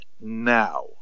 now